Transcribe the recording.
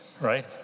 right